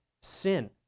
sin